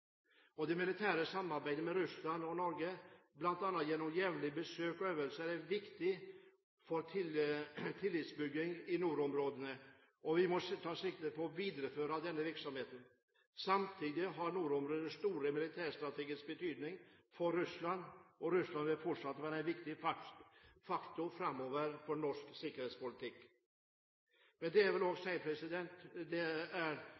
grensen. Det militære samarbeidet mellom Russland og Norge, bl.a. gjennom jevnlige besøk og øvelser, er viktig for tillitsbyggingen i nordområdene, og vi må ta sikte på å videreføre denne virksomheten. Samtidig har nordområdene stor militærstrategisk betydning for Russland, og Russland vil fortsatt være en viktig faktor for norsk sikkerhetspolitikk framover. Det jeg også vil si noe om, er de store utfordringene man har innenfor Forsvaret når det